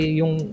yung